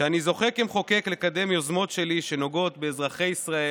שבהם אני זוכה כמחוקק לקדם יוזמות שלי שנוגעות באזרחי ישראל